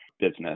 business